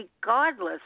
regardless